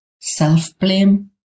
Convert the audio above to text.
self-blame